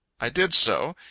i did so.